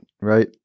right